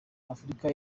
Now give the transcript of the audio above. afurica